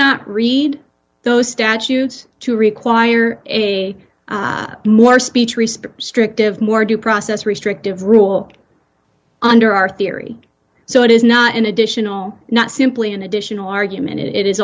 not read those statutes to require a more speech response strict of more due process restrictive rule under our theory so it is not an additional not simply an additional argument and it is